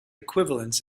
equivalents